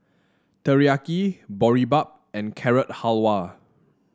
Teriyaki Boribap and Carrot Halwa